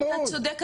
אתה צודק,